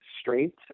straight